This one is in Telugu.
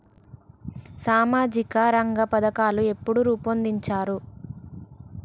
సామాజిక రంగ పథకాలు ఎప్పుడు రూపొందించారు?